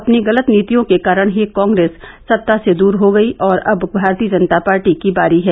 अपने गलत नीतियों के कारण ही कॉग्रेस सत्ता से दूर हयी और अब भारतीय जनता पार्टी की बारी है